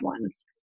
ones